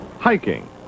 hiking